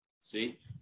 see